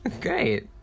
great